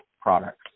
products